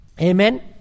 Amen